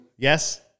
Yes